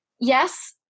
yes